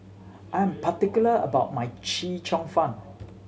I'm particular about my Chee Cheong Fun